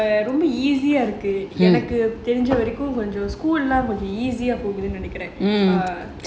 ரொம்ப இருக்கு எனக்கு தெருஞ்ச வரைக்கும் எல்லாம் ரொம்ப போகுது:romba iruku enakku terunja varaikum ellaam romba poguthu